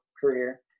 career